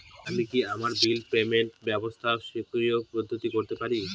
আমি কি আমার বিল পেমেন্টের ব্যবস্থা স্বকীয় পদ্ধতিতে করতে পারি?